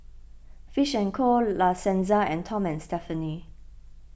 Fish and Co La Senza and Tom and Stephanie